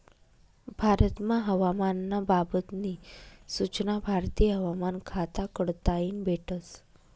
भारतमा हवामान ना बाबत नी सूचना भारतीय हवामान खाता कडताईन भेटस